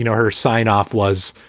you know her sign off was,